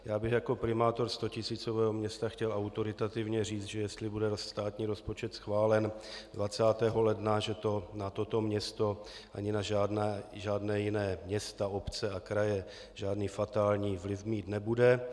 Já bych jako primátor stotisícového města chtěl autoritativně říct, že jestli bude státní rozpočet schválen 20. ledna, že to na toto město ani na žádná jiná města, obce a kraje žádný fatální vliv mít nebude.